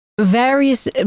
various